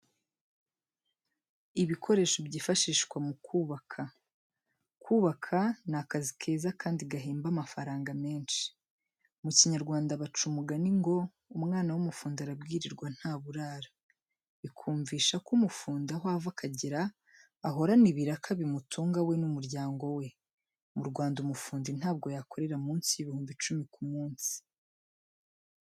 Ibikoresho byifashishwa mu kubaka. Kubaka ni akazi keza kandi gahemba amafaranga menshi, mu Kinyarwanda baca umugani ngo ''Umwana w'umufundi arabwirirwa ntaburara.'' Bikumvisha ko umufundi aho ava akagera ahorana ibiraka bimutunga we n'umuryango we. Mu Rwanda umufundi ntabwo yakorera munsi y'ibihumbi icumi ku munsi.